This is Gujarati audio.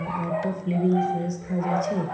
આર્ટ ઓફ લિવિંગ સંસ્થા જે છે